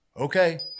okay